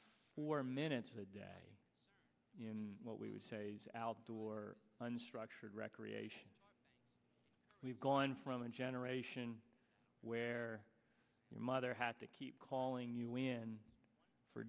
four minutes a day in what we would say is outdoor unstructured rec we've gone from a generation where your mother had to keep calling you when for